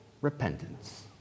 repentance